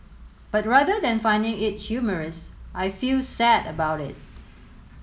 but rather than finding it humorous I feel sad about it